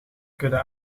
kudde